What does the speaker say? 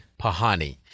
Pahani